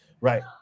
right